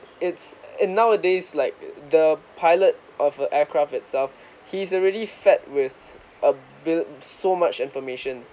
it's in nowadays like the pilot of a aircraft itself he's already fed with a built so much information